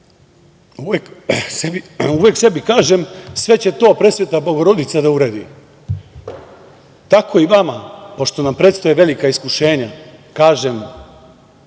uvek sebi kažem – sve će to Presveta Bogorodica da uredi. Tako i vama pošto nam predstoje velika iskušenja kažem,